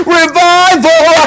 revival